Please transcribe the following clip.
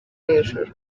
hejuru